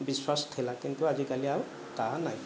ବିଶ୍ୱାସ ଥିଲା କିନ୍ତୁ ଆଜିକାଲି ଆଉ ତାହା ନାହିଁ